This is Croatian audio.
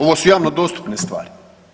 Ovo su javno dostupne stvari.